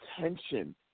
tension